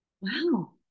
wow